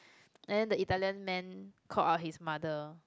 and then the Italian man called out his mother